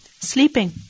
sleeping